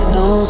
no